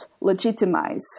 legitimize